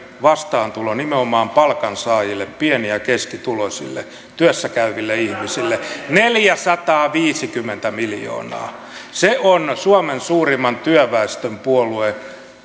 vastaantulo nimenomaan palkansaajille pieni ja keskituloisille työssä käyville ihmisille neljäsataaviisikymmentä miljoonaa se on suomen suurimman työväestön puolueen